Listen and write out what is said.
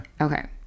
Okay